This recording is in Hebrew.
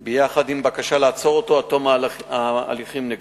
עם בקשה לעצור אותו עד תום ההליכים נגדו.